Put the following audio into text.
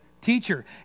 teacher